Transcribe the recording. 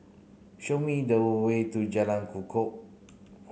show me the way to Jalan Kukoh